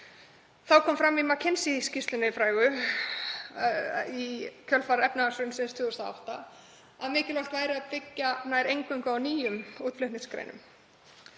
Þá kom fram í McKinsey-skýrslunni frægu í kjölfar efnahagshrunsins 2008 að mikilvægt væri að byggja nær eingöngu á nýjum útflutningsgreinum.